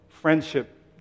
Friendship